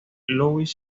louis